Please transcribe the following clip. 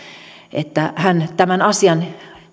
että hän tämän asian